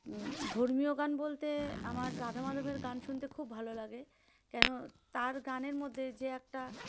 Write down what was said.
ধর্মীয় গান বলতে আমার রাধা মাধবের গান শুনতে খুব ভালো লাগে কেন তার গানের মধ্যে যে একটা